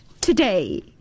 today